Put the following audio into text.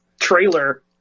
trailer